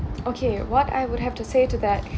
okay what I would have to say to that